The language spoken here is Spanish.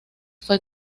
fue